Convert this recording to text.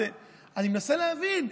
אני מנסה להבין,